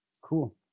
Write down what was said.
Cool